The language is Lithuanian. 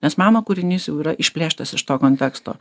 nes meno kūrinys jau yra išplėštas iš to konteksto